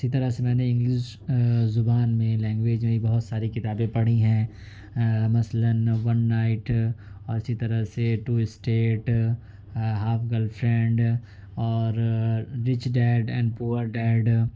اسی طرح سے میں نے انگلش زبان میں لینگویج میں بھی بہت ساری کتابیں پڑھی ہیں مثلاً ون نائٹ اور اسی طرح سے two states half girlfriend اور rich dad and poor dead